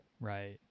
right